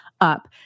up